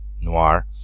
Noir